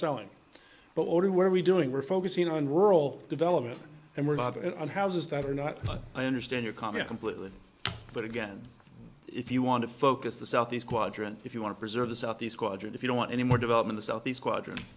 selling but we were we doing we're focusing on rural development and we're not on houses that are not but i understand your comment completely but again if you want to focus the southeast quadrant if you want to preserve the southeast quadrant if you don't want any more development of southeast quadr